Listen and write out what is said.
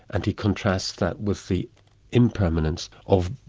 and he contrasts that with the impermanence of,